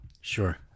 Sure